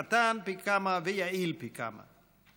קטן פי כמה ויעיל פי כמה.